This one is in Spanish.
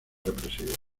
represivas